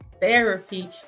therapy